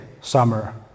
summer